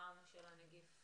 הטראומה של הנגיף.